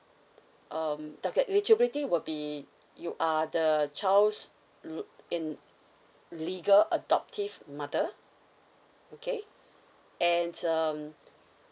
um okay eligibility will be you are the child's law~ in legal adoptive mother okay and um